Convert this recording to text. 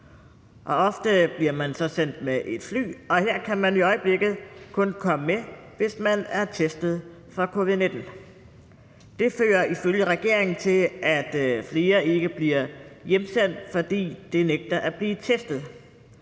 Ofte bliver man sendt med et fly, og her kan man i øjeblikket kun komme med, hvis man er testet for covid-19. Det fører ifølge regeringen til, at flere ikke bliver hjemsendt, fordi de nægter at blive testet.